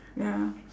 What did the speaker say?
ya